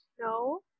No